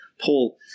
Paul